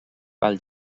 pel